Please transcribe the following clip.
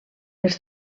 els